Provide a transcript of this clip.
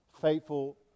faithful